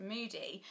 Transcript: Moody